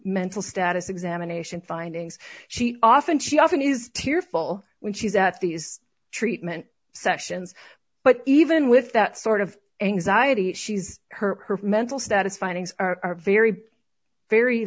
mental status examination findings she often she often is tearful when she's at these treatment sessions but even with that sort of anxiety she's hurt her mental status findings are very very